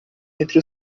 entre